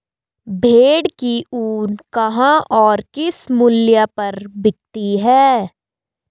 भेड़ की ऊन कहाँ और किस मूल्य पर बिकती है?